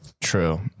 True